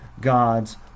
God's